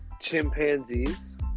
Chimpanzees